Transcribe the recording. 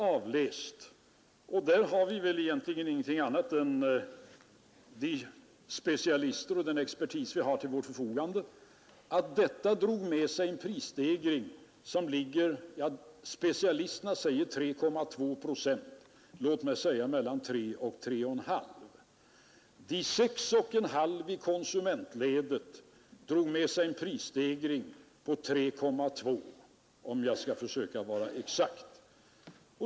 Enligt de specialister och den expertis som vi har till förfogande drog detta med sig en prisstegring som enligt specialisterna ligger på 3,2 procent, men låt mig säga att den ligger på mellan 3 och 3,5 procent. De 6,5 procenten i konsumentledet drog med sig en prisstegring på 3,2 procent, om jag skall försöka vara exakt.